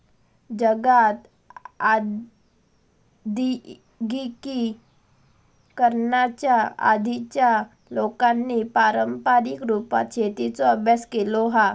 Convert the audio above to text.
जगात आद्यिगिकीकरणाच्या आधीच्या लोकांनी पारंपारीक रुपात शेतीचो अभ्यास केलो हा